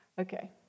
okay